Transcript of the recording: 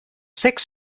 sechs